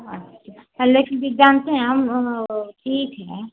अच्छा हाँ लेकिन दी जानते हैं हम वह ठीक है